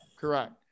Correct